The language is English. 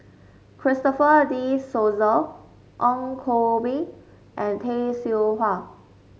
Christopher De Souza Ong Koh Bee and Tay Seow Huah